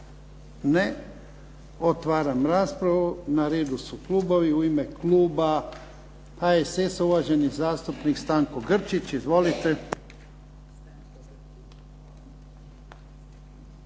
Ne. Otvaram raspravu. Na redu su klubovi. U ime kluba HSS-a uvaženi zastupnik Stanko Grčić, izvolite.